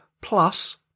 plus